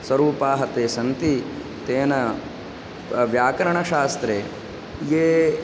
स्वरूपाः ते सन्ति तेन व्याकरणशास्त्रे ये